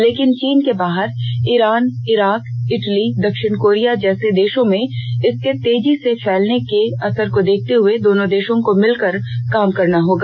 लेकिन चीन के बाहर ईरान इराक इटली दक्षिण कोरिया जैसे देषों में इसके तेजी से फैलने को देखते हए दोनों देषों को मिलकर काम करना होगा